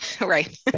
Right